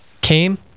came